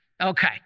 Okay